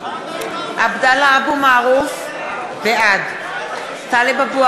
עבדאללה אבו מערוף, בעד טלב אבו